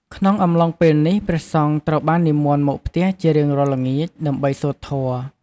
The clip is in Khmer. ក្នុងអំឡុងពេលនេះ ព្រះសង្ឃត្រូវបាននិមន្តមកផ្ទះជារៀងរាល់ល្ងាច ដើម្បីសូត្រធម៌។